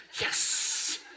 yes